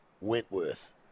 Wentworth